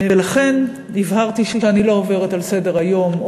לכן הבהרתי שאני לא עוברת לסדר-היום על